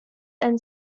and